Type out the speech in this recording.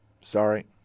Sorry